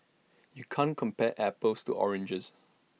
you can't compare apples to oranges